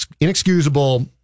inexcusable